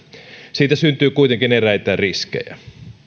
siitä syntyy kuitenkin eräitä riskejä